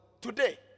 Today